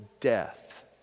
death